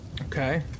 Okay